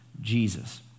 Jesus